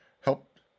helped